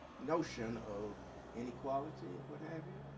notion of inequality and what have you.